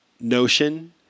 notion